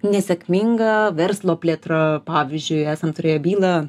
nesėkminga verslo plėtra pavyzdžiui esam turėję bylą